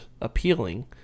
appealing